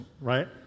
right